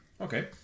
Okay